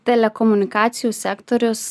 telekomunikacijų sektorius